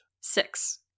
six